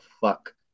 fuck